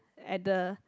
at the